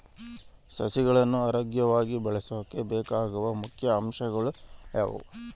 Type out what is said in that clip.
ಸಸಿಗಳನ್ನು ಆರೋಗ್ಯವಾಗಿ ಬೆಳಸೊಕೆ ಬೇಕಾಗುವ ಮುಖ್ಯ ಅಂಶಗಳು ಯಾವವು?